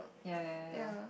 ya ya ya